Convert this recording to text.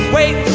Wait